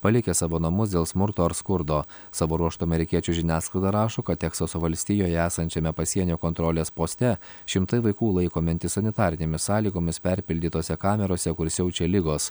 palikę savo namus dėl smurto ar skurdo savo ruožtu amerikiečių žiniasklaida rašo kad teksaso valstijoje esančiame pasienio kontrolės poste šimtai vaikų laikomi antisanitarinėmis sąlygomis perpildytose kamerose kur siaučia ligos